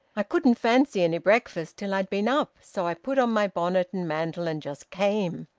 i couldn't fancy any breakfast till i'd been up, so i put on my bonnet and mantle and just came.